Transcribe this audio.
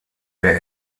der